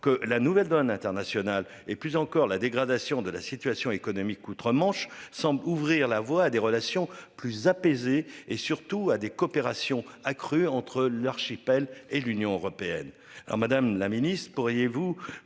que la nouvelle donne internationale et plus encore la dégradation de la situation économique outre-Manche semble ouvrir la voie à des relations plus apaisées et surtout à des coopérations accrues entre l'archipel et l'Union européenne. Alors Madame la Ministre pourriez-vous